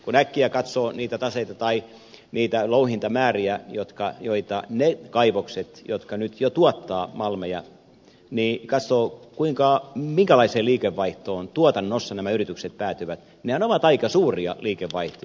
kun äkkiä katsoo niiden kaivosten taseita tai louhintamääriä jotka nyt jo tuottavat malmeja kun katsoo minkälaiseen liikevaihtoon tuotannossa nämä yritykset päätyvät nehän ovat aika suuria liikevaihtoja